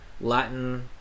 Latin